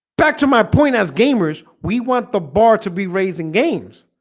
back to my point as gamers. we want the bar to be raising games,